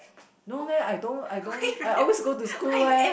no leh I don't I don't I always go to school eh